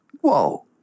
whoa